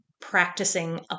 practicing